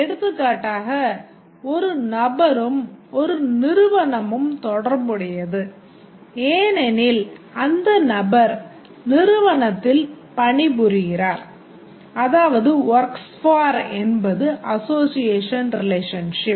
எடுத்துக்காட்டாக ஒரு நபரும் ஒரு நிறுவனமும் தொடர்புடையது ஏனெனில் அந்த நபர் நிறுவனத்தில் பணிபுரிகிறார் அதாவது works for என்பது அசோஸியேஷன் ரிலேஷன்ஷிப்